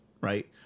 right